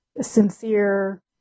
sincere